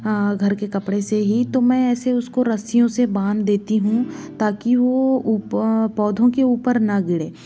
हाँ घर के कपड़े से ही तो मैं ऐसे उसको रसियों से बांध देती हूँ ताकि वो ऊप पौधों के ऊपर ना गिरे